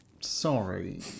Sorry